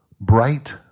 bright